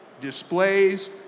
displays